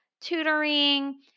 tutoring